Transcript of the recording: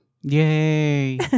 Yay